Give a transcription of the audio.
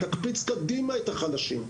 תקפיץ קדימה את החלשים,